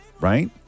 right